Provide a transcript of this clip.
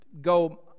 go